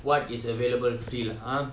what is available free lah